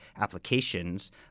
applications